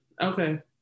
okay